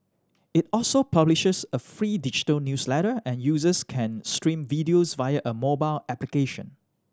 it also publishes a free digital newsletter and users can stream videos via a mobile application